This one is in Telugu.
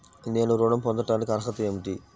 నేను ఋణం పొందటానికి అర్హత ఏమిటి?